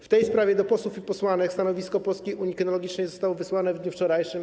W tej sprawie do posłów i posłanek stanowisko Polskiej Unii Kynologicznej zostało wysłane w dniu wczorajszym.